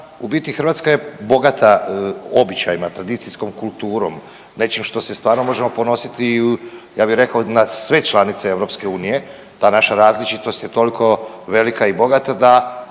u biti Hrvatska je bogata običajima, tradicijskom kulturom, nečim što se stvarno možemo ponositi i ja bi rekao na sve članice EU ta naša različitost je tolko velika i bogata da